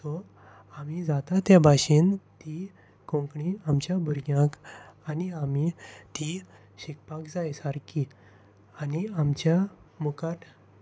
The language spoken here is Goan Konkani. सो आमी जाता ते भाशेन ती कोंकणी आमच्या भुरग्यांक आनी आमी ती शिकपाक जाय सारकी आनी आमच्या मुखार